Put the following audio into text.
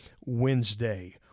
Wednesday